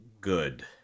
good